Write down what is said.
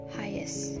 highest